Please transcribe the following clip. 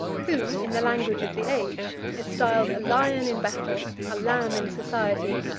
who, in the language of the age, is styled a lion in battle, a lamb in society,